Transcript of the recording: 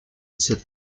cette